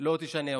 לא תשנה אותה.